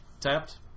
tapped